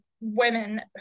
women